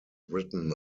written